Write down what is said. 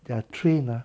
their train ah